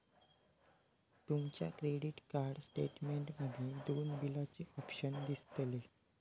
तुमच्या credit card statement मध्ये दोन बिलाचे ऑप्शन दिसतले